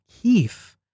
Keith